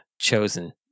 chosen